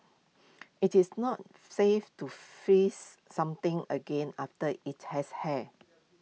IT is not safe to freeze something again after IT has hay